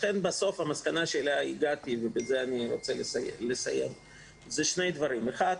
לכן המסקנה שאליה הגעתי היא שני דברים: הדבר הראשון,